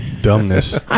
dumbness